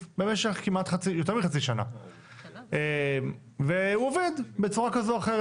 במשך יותר מחצי שנה והוא עובד בצורה כזו או אחרת.